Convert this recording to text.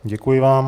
Děkuji vám.